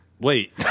Wait